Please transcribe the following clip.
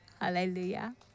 Hallelujah